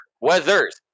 Weathers